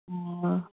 अऽ अह